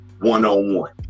one-on-one